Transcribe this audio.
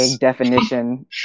definition